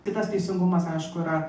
tai tas teisingumas aišku yra